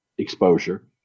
exposure